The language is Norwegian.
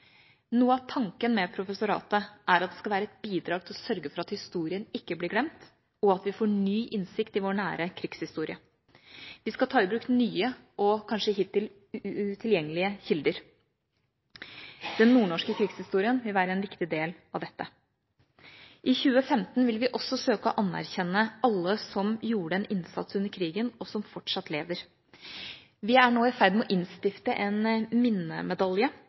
Noe av tanken med professoratet er at det skal være et bidrag til å sørge for at historien ikke blir glemt, og at vi får ny innsikt i vår nære krigshistorie. Vi skal ta i bruk nye og kanskje hittil utilgjengelige kilder. Den nordnorske krigshistorien vil være en viktig del av dette. I 2015 vil vi også søke å anerkjenne alle som gjorde en innsats under krigen, og som fortsatt lever. Vi er nå i ferd med å innstifte en minnemedalje,